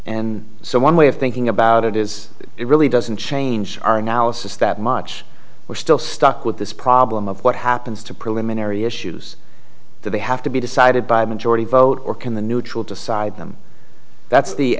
and so one way of thinking about it is it really doesn't change our analysis that much we're still stuck with this problem of what happens to preliminary issues that they have to be decided by a majority vote or can the neutral decide them that's the